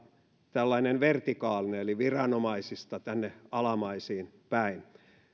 tällainen vertikaalinen eli viranomaisista tänne alamaisiin päin